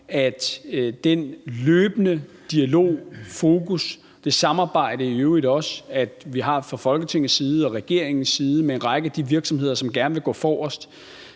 i den løbende dialog, i det fokus, man har, og i øvrigt også i det samarbejde, som vi har fra Folketingets og regeringens side med en række af de virksomheder, som gerne vil gå forrest,